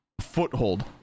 foothold